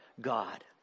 God